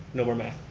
no more math.